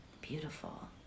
Beautiful